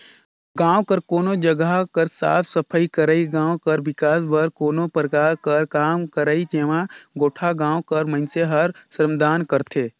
गाँव कर कोनो जगहा कर साफ सफई करई, गाँव कर बिकास बर कोनो परकार कर काम करई जेम्हां गोटा गाँव कर मइनसे हर श्रमदान करथे